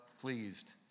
pleased